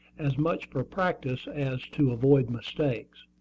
as much for practice as to avoid mistakes.